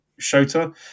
Shota